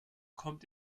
kommt